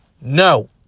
no